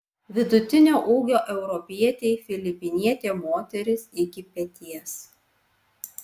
vidutinio ūgio europietei filipinietė moteris iki peties